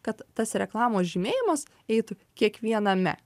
kad tas reklamos žymėjimas eitų kiekviename